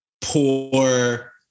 poor